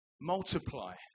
multiply